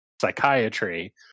psychiatry